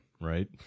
Right